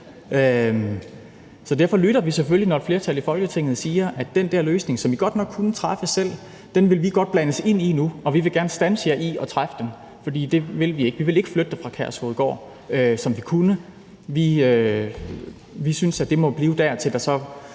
os. Derfor lytter vi selvfølgelig, når et flertal i Folketinget siger: Den der beslutning, som I godt nok kunne træffe selv, vil vi godt blandes ind i, og vi vil gerne stoppe jer i at træffe den. Vi vil ikke flytte det fra Kærshovedgård, som vi kunne. Vi synes, at centeret må blive der, indtil